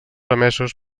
emesos